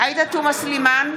עאידה תומא סלימאן,